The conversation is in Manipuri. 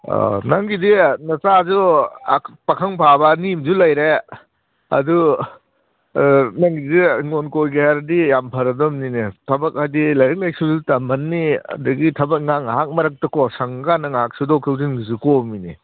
ꯑꯣ ꯅꯪꯒꯤꯗ ꯅꯆꯥꯁꯨ ꯄꯥꯈꯪ ꯐꯥꯕ ꯑꯅꯤ ꯑꯃꯁꯨ ꯂꯩꯔꯦ ꯑꯗꯨ ꯅꯪꯒꯤꯗꯤ ꯍꯤꯡꯒꯣꯟ ꯀꯣꯏꯒꯦ ꯍꯥꯏꯔꯗꯤ ꯌꯥꯝ ꯐꯔꯗꯕꯅꯤꯅꯦ ꯊꯕꯛ ꯍꯥꯏꯗꯤ ꯂꯥꯏꯔꯤꯛ ꯂꯥꯏꯁꯨꯁꯨ ꯇꯝꯍꯟꯅꯤ ꯑꯗꯒꯤ ꯊꯕꯛ ꯏꯪꯈꯥꯡ ꯉꯥꯏꯍꯥꯛ ꯃꯔꯛꯇꯀꯣ ꯁꯪꯉ ꯀꯥꯟꯗꯁꯨ ꯁꯨꯗꯣꯛ ꯁꯨꯖꯤꯟꯒꯤꯁꯨ ꯀꯣꯝꯃꯤꯅꯦ